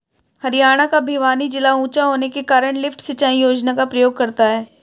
हरियाणा का भिवानी जिला ऊंचा होने के कारण लिफ्ट सिंचाई योजना का प्रयोग करता है